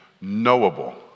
knowable